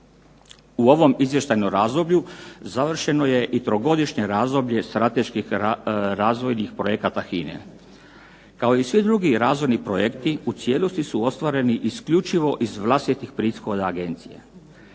U ovom izvještajnom razdoblju završeno je i trogodišnje razdoblje strateških razvojnih projekata HINA-e. Kao i svi drugi razvojni projekti u cijelosti su ostvareni isključivo iz vlastitih prihoda agencije.